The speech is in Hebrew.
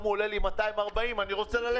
הוא עולה לי 240,000 שקל אז אני רוצה ללכת לדרכי.